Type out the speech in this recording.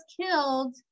killed